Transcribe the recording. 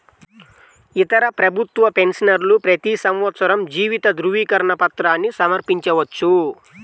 ఇతర ప్రభుత్వ పెన్షనర్లు ప్రతి సంవత్సరం జీవిత ధృవీకరణ పత్రాన్ని సమర్పించవచ్చు